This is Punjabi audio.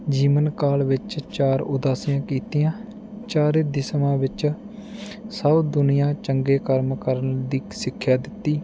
ਜੀਵਨ ਕਾਲ ਵਿੱਚ ਚਾਰ ਉਦਾਸੀਆਂ ਕੀਤੀਆਂ ਚਾਰੇ ਦਿਸ਼ਾਵਾਂ ਵਿੱਚ ਸਭ ਦੁਨੀਆ ਚੰਗੇ ਕਰਮ ਕਰਨ ਦੀ ਸਿੱਖਿਆ ਦਿੱਤੀ